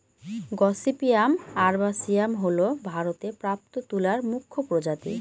gossypium arboreum হল ভারতে প্রাপ্ত তুলার মুখ্য প্রজাতি